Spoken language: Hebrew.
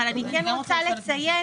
אבל אני רוצה לציין,